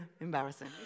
embarrassing